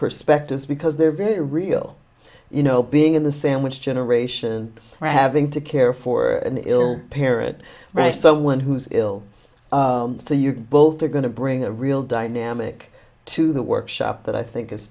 perspectives because they're very real you know being in the sandwich generation having to care for an ill parrot right so one who's ill so you both are going to bring a real dynamic to the workshop that i think i